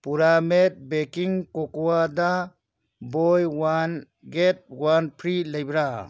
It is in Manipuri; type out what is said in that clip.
ꯄꯨꯔꯥꯃꯦꯠ ꯕꯦꯡꯀꯤꯡ ꯀꯣꯀꯨꯋꯥꯗꯥ buy one get one free ꯂꯩꯕ꯭ꯔꯥ